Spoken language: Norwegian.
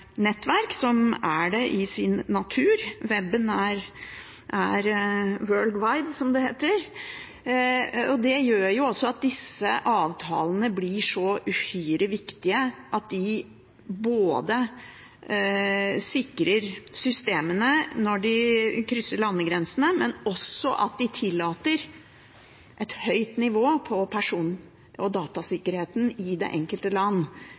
nettverk. Webben er «world wide», som det heter. Det gjør at det blir så uhyre viktig at disse avtalene både sikrer systemene når de krysser landegrensene, og tillater et høyt nivå på person- og datasikkerheten i det enkelte land,